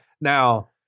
Now